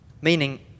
meaning